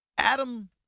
Adam